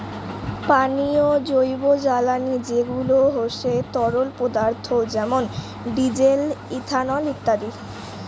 পানীয় জৈবজ্বালানী যেগুলা হসে তরল পদার্থ যেমন ডিজেল, ইথানল ইত্যাদি